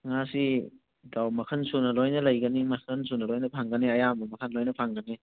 ꯉꯥꯁꯤ ꯏꯇꯥꯎ ꯃꯈꯜ ꯁꯨꯅ ꯂꯣꯏꯅ ꯂꯩꯒꯅꯤ ꯃꯈꯜ ꯁꯨꯅ ꯂꯣꯏꯅ ꯐꯪꯒꯅꯤ ꯑꯌꯥꯝꯕ ꯃꯈꯜ ꯂꯣꯏꯅ ꯐꯪꯒꯅꯤ